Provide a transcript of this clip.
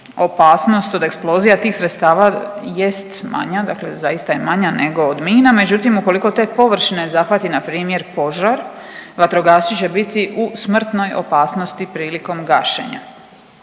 opasnost od eksplozija tih sredstava jest manja, dakle zaista je manja nego od mina, međutim, ukoliko te površine zahvati npr. požar, vatrogasci će biti u smrtnoj opasnosti prilikom gašenja.